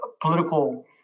political